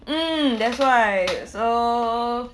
mm that's why so